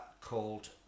called